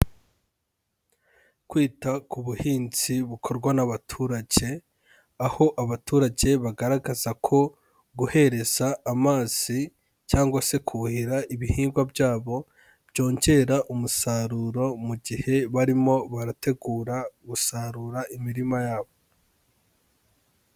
Kwita ku buhinzi bikorwa n'abaturage, aho abaturage bagaragaza ko guhesha amazi cyangwa se kuhira ibihingwa byabo byongera umusaruro, mu gihe barimo barategura gusarura imirima yabo.